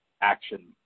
action